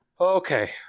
Okay